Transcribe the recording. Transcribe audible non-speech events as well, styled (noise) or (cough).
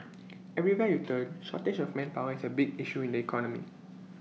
(noise) everywhere you turn shortage of manpower is A big issue in the economy